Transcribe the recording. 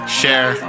share